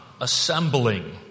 Assembling